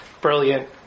brilliant